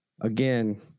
again